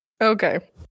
okay